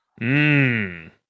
Mmm